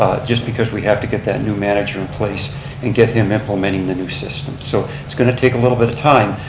just because we have to get that new manager in place and get him implementing the new system. so it's going to take a little bit of time,